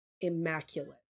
immaculate